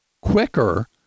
quicker